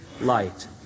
light